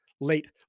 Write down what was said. late